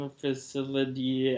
facility